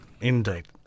Indeed